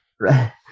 right